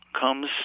comes